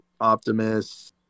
Optimus